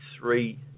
three